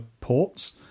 ports